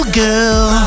girl